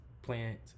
Plant